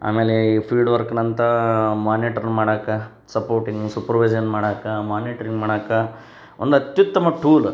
ಆಮೇಲೆ ಈ ಫೀಲ್ಡ್ವರ್ಕ್ನಂಥ ಮಾನಿಟ್ರ್ ಮಾಡಕ್ಕೆ ಸಪೋರ್ಟಿಂಗ್ ಸೂಪರ್ವಿಸನ್ ಮಾಡಕ್ಕೆ ಮಾನಿಟ್ರಿಂಗ್ ಮಾಡಕ್ಕೆ ಒಂದು ಅತ್ಯುತ್ತಮ ಟೂಲ್